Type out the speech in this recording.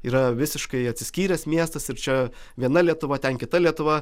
yra visiškai atsiskyręs miestas ir čia viena lietuva ten kita lietuva